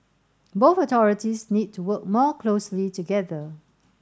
both authorities need to work more closely together